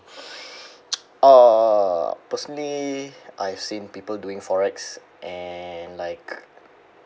uh personally I've seen people doing forex and like